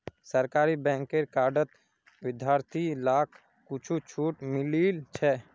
सरकारी बैंकेर कार्डत विद्यार्थि लाक कुछु छूट मिलील छ